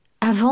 Avant